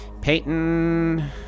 Peyton